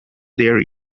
their